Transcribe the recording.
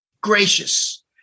gracious